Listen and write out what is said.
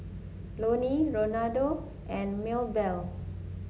Loni Ronaldo and Maebell